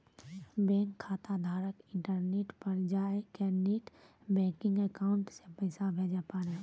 bank खाताधारक internet पर जाय कै नेट बैंकिंग अकाउंट से पैसा भेजे पारै